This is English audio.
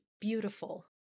beautiful